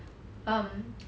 um